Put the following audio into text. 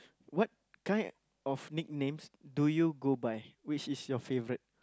what kind of nicknames do you go by which is your favourite